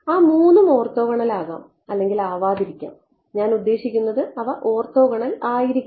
ആ മൂന്നും ഓർത്തോഗണൽ ആകാം അല്ലെങ്കിൽ ആവാതിരിക്കാം ഞാൻ ഉദ്ദേശിക്കുന്നത് അവ ഓർത്തോഗണൽ ആയിരിക്കണം